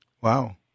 Wow